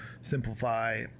simplify